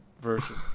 version